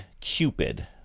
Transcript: Cupid